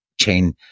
chain